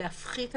להפחית אלימות,